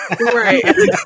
Right